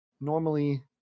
normally